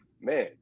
man